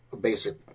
basic